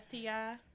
STI